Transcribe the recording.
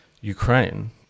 Ukraine